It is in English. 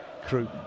crew